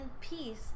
peace